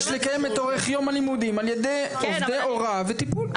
יש לקיים את אורך יום הלימודים על ידי עובדי הוראה וטיפול.